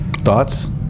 Thoughts